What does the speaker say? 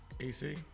AC